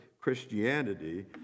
Christianity